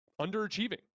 underachieving